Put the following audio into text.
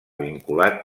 vinculat